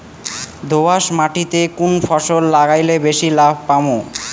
দোয়াস মাটিতে কুন ফসল লাগাইলে বেশি লাভ পামু?